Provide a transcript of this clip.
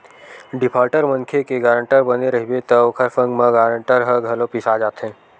defaulter मनखे के guarantor बने रहिबे त ओखर संग म गारंटर ह घलो पिसा जाथे